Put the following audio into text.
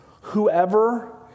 whoever